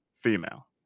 female